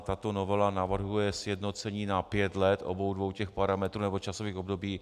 Tato novela navrhuje sjednocení na pět let obou parametrů nebo časových období.